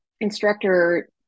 instructor